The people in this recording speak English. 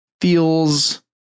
feels